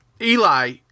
Eli